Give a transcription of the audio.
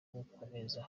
gukomeza